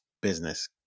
business